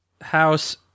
House